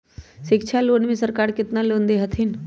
शिक्षा लोन में सरकार केतना लोन दे हथिन?